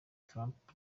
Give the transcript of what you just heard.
trump